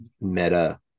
meta